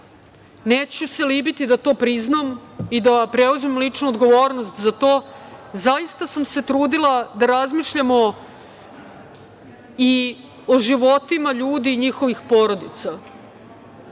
neću se libiti da to priznam i da preuzmem ličnu odgovornost za to. Zaista sam se trudila da razmišljamo i o životima ljudi i njihovih porodica,